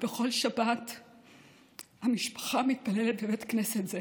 ובכל שבת המשפחה מתפללת בבית כנסת זה.